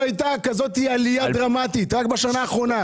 הייתה עלייה כזאת דרמטית רק בשנה האחרונה.